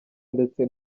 ndetse